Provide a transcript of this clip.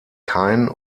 kein